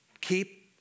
Keep